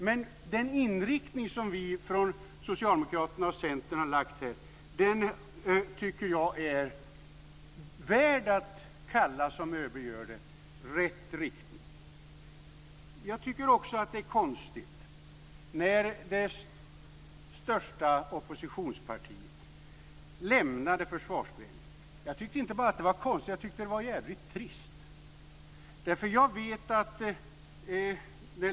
Men vår inriktning från Socialdemokraternas och Centerns sida tycker jag är värd att kalla, som ÖB gör, rätt riktning. Jag tyckte också att det var konstigt när det största oppositionspartiet lämnade Försvarsberedningen. Jag tyckte inte bara att det var konstigt, utan jag tyckte att det var djävligt trist.